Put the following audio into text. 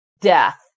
death